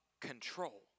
control